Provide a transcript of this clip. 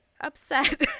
upset